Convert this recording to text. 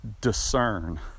discern